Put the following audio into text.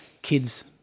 Kids